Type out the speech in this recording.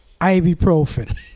ibuprofen